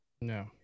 No